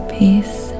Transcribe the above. peace